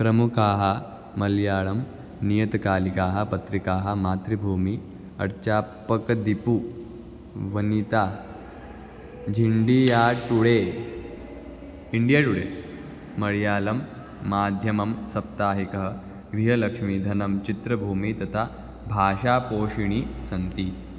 प्रमुखाः मल्याणं नियत्कालिकाः पत्रिकाः मातृभूमिः अड्चाप्पक्कदिपु वनिता झिण्डिया टुडे इण्डियाटुडे मलयालं माध्यमं सप्ताहिकः गृहलक्ष्मीधनं चित्रभूमिः तथा भाषापोषिणी सन्ति